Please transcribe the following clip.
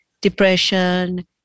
depression